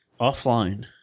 Offline